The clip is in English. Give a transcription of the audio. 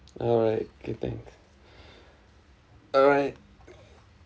alright okay thanks alright